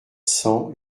cent